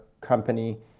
company